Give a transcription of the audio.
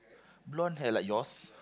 blonde hair like yours